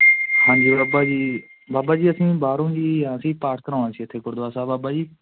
ਹਾਂਜੀ ਬਾਬਾ ਜੀ ਬਾਬਾ ਜੀ ਅਸੀਂ ਬਾਹਰੋਂ ਹੀ ਹਾਂ ਅਸੀਂ ਪਾਠ ਕਰਵਾਉਣਾ ਸੀ ਇੱਥੇ ਗੁਰਦੁਆਰਾ ਸਾਹਿਬ ਬਾਬਾ ਜੀ